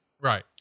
Right